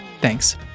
Thanks